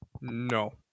No